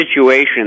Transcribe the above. situations